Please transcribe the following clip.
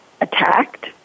attacked